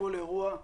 כל אירוע,